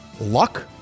luck